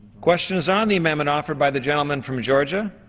question is on the amendment offered by the gentleman from georgia.